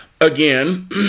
again